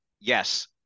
yes